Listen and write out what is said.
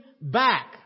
back